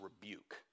rebuke